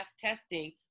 testing